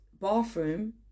bathroom